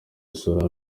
isura